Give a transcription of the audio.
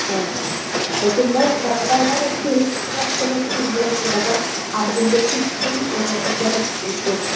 ആ ഓക്കെ അപ്പോൾ പിന്നെ ഞാൻ അവിടെ കേക്ക് വയ്ക്കുന്ന ടേബിൾ ഒക്കെ ഉണ്ട് അപ്പോൾ അതിൻ്റെ ചുറ്റും ഡെക്കറേറ്റ് ചെയ്യണം കേട്ടോ